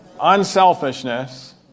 Unselfishness